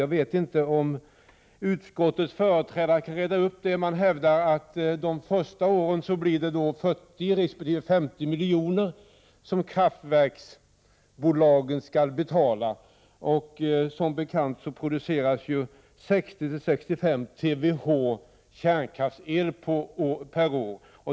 Jag vet inte om utskottets företrädare här kan reda ut det, men man hävdar att kraftbolagen skall betala 40 resp. 50 milj.kr. de första åren. Som bekant produceras 60—65 TWh kärnkraftsel per år.